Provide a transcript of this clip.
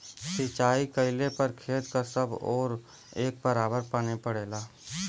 सिंचाई कइले पर खेत क सब ओर एक बराबर पानी पड़ेला